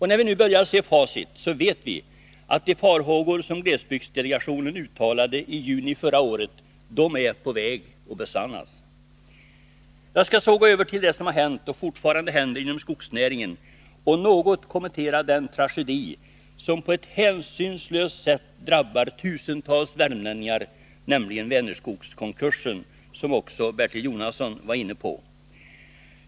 När vi nu börjar se facit, så vet vi att de farhågor som glesbygdsdelegationen uttalade i juni förra året är på väg att besannas. Jag skall så gå över till det som hänt och fortfarande händer inom skogsnäringen och något kommentera den tragedi som på ett hänsynslöst sätt drabbar tusentals värmlänningar, nämligen Vänerskogskonkursen, som också Bertil Jonasson var inne på.